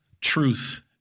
truth